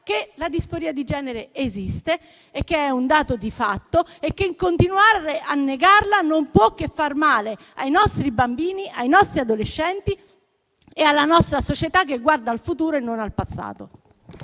che la disforia di genere esiste, che è un dato di fatto e che continuare a negarla non può che far male ai nostri bambini, ai nostri adolescenti e alla nostra società che guarda al futuro e non al passato.